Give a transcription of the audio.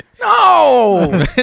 No